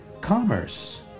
commerce